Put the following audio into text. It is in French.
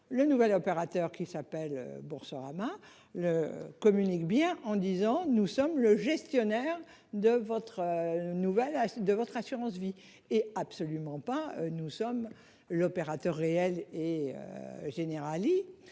le nouvel opérateur qui s'appelle Boursorama le communique bien en disant, nous sommes le gestionnaire de votre nouvelle de votre assurance vie et absolument pas, nous sommes l'opérateur réel et. Generali